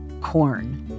corn